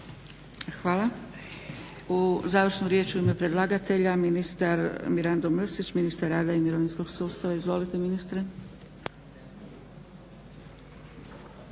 Hvala. Završnu riječ u ime predlagatelja ministar Mirando Mrsić, ministar rada i mirovinskog sustava. Izvolite ministre.